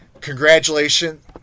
Congratulations